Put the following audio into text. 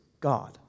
God